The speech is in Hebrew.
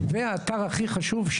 ואתר הכי חשוב,